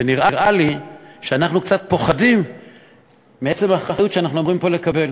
ונראה לי שאנחנו קצת פוחדים מעצם האחריות שאנחנו אמורים פה לקבל.